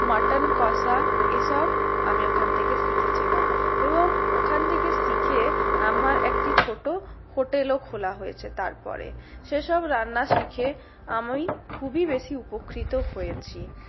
mutton কষা এসব আমি ওখান থেকে শিখেছিলাম এবং ওখান থেকে শিখে আমার একটি ছোট হোটেলও খোলা হয়েছে তারপরে সেসব রান্না শিখে আমি খুবই বেশি উপকৃত হয়েছি